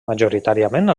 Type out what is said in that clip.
majoritàriament